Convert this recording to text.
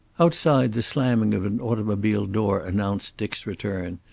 outside the slamming of an automobile door announced dick's return,